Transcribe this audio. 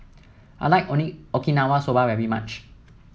I like Okinawa Soba very much